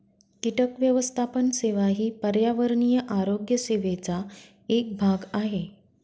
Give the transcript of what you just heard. कीटक व्यवस्थापन सेवा ही पर्यावरणीय आरोग्य सेवेचा एक भाग आहे